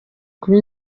kuba